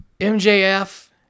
MJF